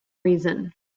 reason